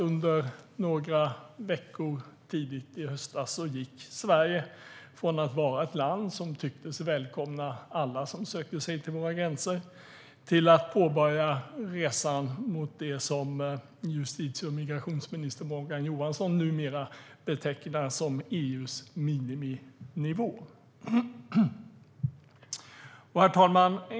Under några veckor tidigt i höstas gick Sverige från att vara ett land som tycktes välkomna alla som sökte sig till våra gränser till att påbörja resan mot det som justitie och migrationsminister Morgan Johansson numera betecknar som EU:s miniminivå. Herr talman!